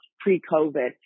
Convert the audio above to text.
pre-COVID